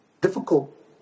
difficult